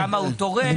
כמה הוא תורם.